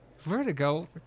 Vertigo